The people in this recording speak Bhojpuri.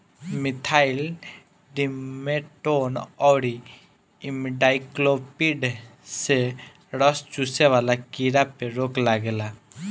मिथाइल डिमेटोन अउरी इमिडाक्लोपीड से रस चुसे वाला कीड़ा पे रोक लागेला